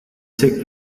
sick